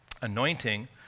Anointing